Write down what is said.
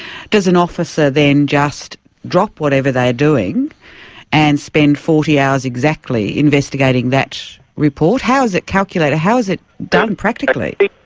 does an officer then just drop whatever they are doing and spend forty hours exactly investigating that report? how is it calculated? how is it done practically?